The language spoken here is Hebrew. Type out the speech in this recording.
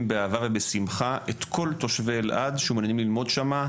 באהבה ובשמחה את כל תושבי אלעד שמעוניינים ללמוד שמה,